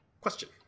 Question